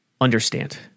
understand